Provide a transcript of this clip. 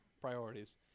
Priorities